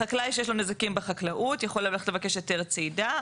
חקלאי שיש לו נזקים בחקלאות יכול ללכת לבקש היתר צידה,